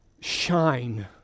shine